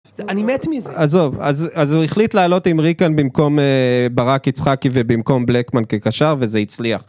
אני מת מזה. עזוב, אז הוא החליט להעלות עם 'ריקן' במקום 'ברק יצחקי' ובמקום 'בלקמן' כקשר, וזה הצליח.